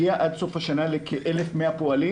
אנחנו נגיע עד לסוף השנה לכ-1,100 פועלים,